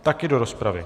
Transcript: Také do rozpravy?